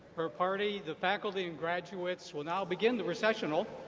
her party, the faculty, and graduates will now begin the recessional.